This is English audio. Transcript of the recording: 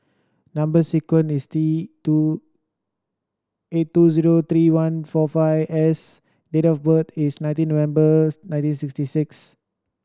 number sequence is T two eight two zero three one four five S date of birth is nineteen November nineteen sixty six